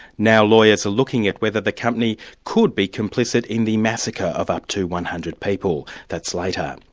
now lawyers are looking at whether the company could be complicit in the massacre of up to one hundred people. that's later.